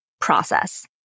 process